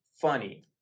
funny